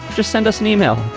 just send us an email.